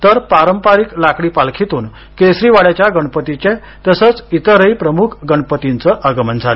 तर पारंपरिक लाकडी पालखीतून केसरी वाड्याच्या गणपतीचे तसंच इतरही प्रमुख गणपतींचे आगमन झाले